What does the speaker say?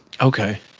okay